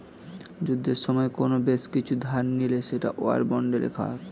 যুদ্ধের সময়ে কোন দেশ কিছু ধার নিলে সেটা ওয়ার বন্ডে লেখা থাকে